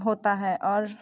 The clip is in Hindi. होता हैं और